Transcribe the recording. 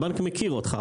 הבנק מכיר אותך,